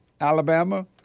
Alabama